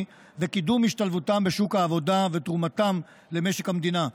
וקידום השתלבותם בשוק העבודה ותרומתם למשק המדינה,